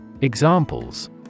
Examples